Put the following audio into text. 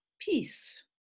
peace